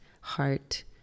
heart